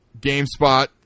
GameSpot